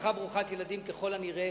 משפחה ברוכת ילדים ככל הנראה